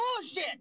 bullshit